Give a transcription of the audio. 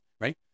right